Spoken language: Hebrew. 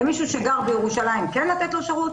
למי שגר בירושלים כן לתת שירות,